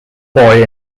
boy